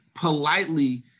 Politely